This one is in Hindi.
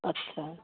अच्छा